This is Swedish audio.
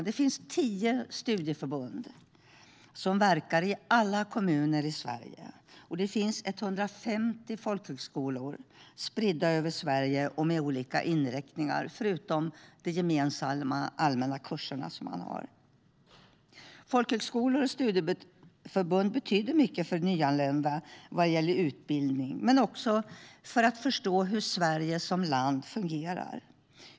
Det finns tio studieförbund som verkar i alla kommuner i Sverige, och det finns 150 folkhögskolor spridda över Sverige och med olika inriktningar, förutom de gemensamma allmänna kurser man har. Folkhögskolor och studieförbund betyder mycket för nyanlända vad gäller utbildning men också för att förstå hur Sverige som land fungerar.